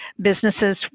businesses